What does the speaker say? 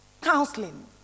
counseling